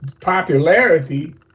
popularity